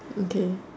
okay